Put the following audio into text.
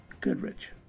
Goodrich